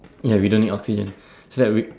ya we don't need oxygen so that we